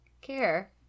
care